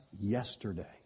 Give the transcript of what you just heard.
yesterday